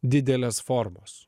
didelės formos